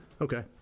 Okay